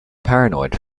paranoid